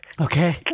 Okay